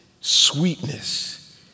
sweetness